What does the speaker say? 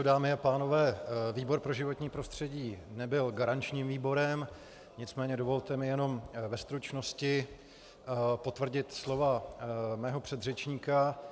Dámy a pánové, výbor pro životní prostředí nebyl garančním výborem, nicméně dovolte mi jenom ve stručnosti potvrdit slova mého předřečníka.